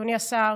אדוני השר,